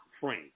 frame